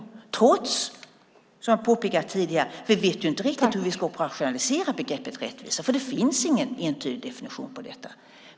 Detta trots, som jag påpekat tidigare, vi inte riktigt vet hur vi ska operationalisera begreppet rättvisa, för det finns ingen entydig definition på detta.